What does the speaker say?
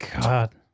God